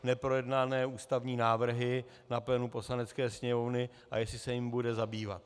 Neprojednané ústavní návrhy na plénu Poslanecké sněmovny, a jestli se jimi bude zabývat.